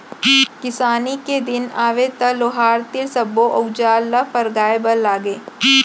किसानी के दिन आवय त लोहार तीर सब्बो अउजार ल फरगाय बर लागय